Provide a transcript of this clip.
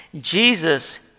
Jesus